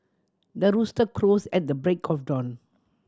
the rooster crows at the break of dawn